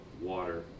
water